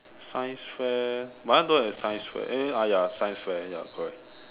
science fair my one don't have science Square eh ya ya science fair ya correct